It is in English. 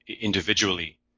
individually